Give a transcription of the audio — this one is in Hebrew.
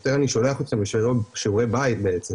יותר אני שולח אתכם לשיעורי בית בעצם,